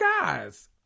guys